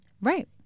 right